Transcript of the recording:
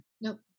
Nope